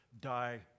die